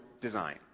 design